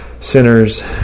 sinners